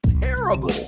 terrible